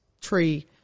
tree